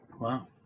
wow